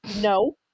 no